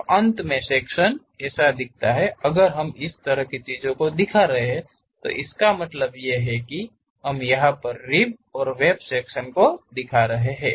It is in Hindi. तो अंत में सेक्शन ऐसा दिखता है अगर हम इसतरह की चीजें दिखा रहे हैं तो इसका मतलब हे की हम यहा पर रिब और वेब सेक्शनल को दिखा रहे हैं